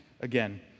again